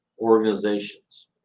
organizations